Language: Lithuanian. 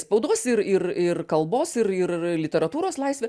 spaudos ir ir ir kalbos ir ir literatūros laisvė